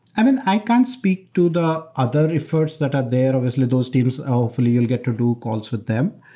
i mean, i can speak to the other efforts that are there. obviously, those teams, hopefully you'll get to do calls with them.